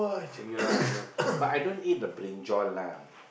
ya I know but I don't eat the brinjal lah